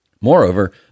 Moreover